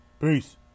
Peace